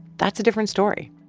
that's a different story.